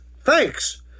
thanks